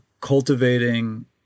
cultivating